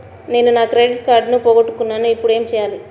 నేను నా క్రెడిట్ కార్డును పోగొట్టుకున్నాను ఇపుడు ఏం చేయాలి?